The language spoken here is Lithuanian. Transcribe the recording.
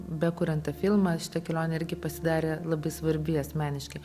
bekuriant tą filmą šita kelionė irgi pasidarė labai svarbi asmeniškai